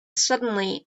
suddenly